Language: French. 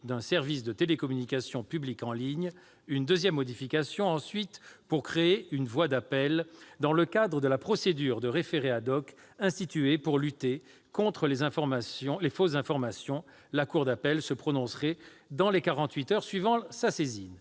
d'un service de communication au public en ligne ». Une seconde modification a pour objet de créer une voie d'appel dans le cadre de la procédure de référé instituée pour lutter contre les fausses informations : la cour d'appel se prononcerait dans les quarante-huit heures suivant sa saisine.